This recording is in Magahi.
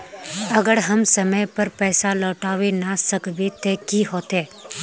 अगर हम समय पर पैसा लौटावे ना सकबे ते की होते?